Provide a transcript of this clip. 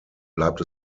bleibt